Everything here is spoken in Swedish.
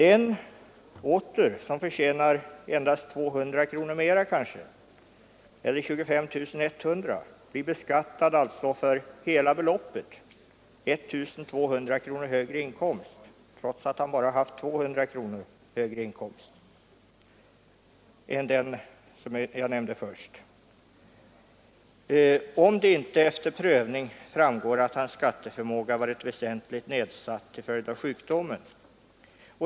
Den åter som förtjänar endast 200 kronor mera, eller 25 100 kronor, blir beskattad för hela beloppet — alltså för en 1 200 kronor högre inkomst trots att han bara har haft 200 kronor mer i inkomst än den som jag nämnde först — om det inte efter prövning framgår att hans skatteförmåga har varit väsentligen nedsatt till följd av sjukdomen.